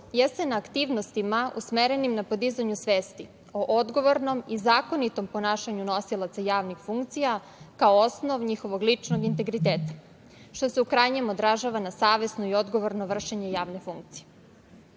jeste na aktivnostima usmerenim na podizanju svesti o odgovornom i zakonitom ponašanju nosilaca javnih funkcija, kao osnov njihovog ličnog integriteta, što se u krajnjem odražava na savesno i odgovorno vršenje javne funkcije. Jedan